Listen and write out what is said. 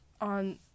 on